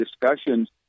discussions